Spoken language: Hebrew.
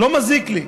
לא מזיק לי.